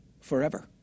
Forever